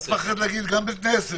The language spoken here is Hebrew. אל תפחד להגיד גם בית כנסת.